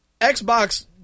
Xbox